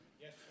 Yes